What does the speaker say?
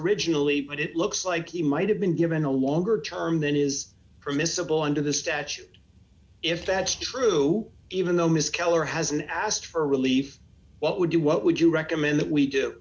originally but it looks like he might have been given a longer term than is permissible under the statute if that's true even though ms keller hasn't asked for relief what would you what would you recommend that we do